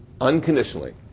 unconditionally